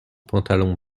pantalon